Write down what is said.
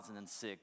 2006